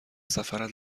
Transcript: سفرت